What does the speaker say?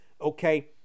Okay